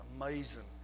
amazing